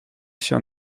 się